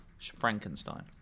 Frankenstein